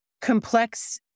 complex